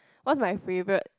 what's my favourite